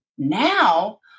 Now